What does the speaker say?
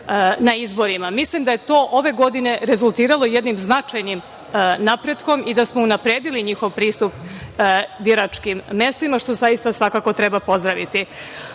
na izborima. Mislim da je to ove godine rezultiralo jednim značajnim napretkom i da smo unapredili njihov pristup biračkim mestima, što zaista svakako treba pozdraviti. Takođe,